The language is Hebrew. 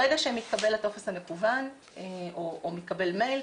ברגע שמתקבל הטופס המקוון או מתקבל מייל,